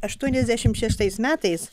aštuoniasdešim šeštais metais